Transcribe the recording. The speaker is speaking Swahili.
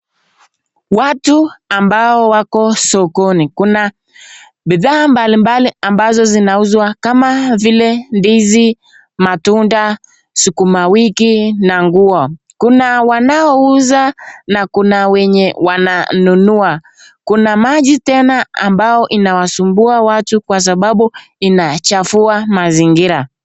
Watu ambao wako sokoni. Kuna bidhaa mbalimbali ambazo zinauzwa kama vile ndizi, matunda, sukuma wiki na nguo. Kuna wanaouza na kuna wenye wananunua. Kuna maji tena ambayo inasumbua watu kwa sababu inachafua mazingira.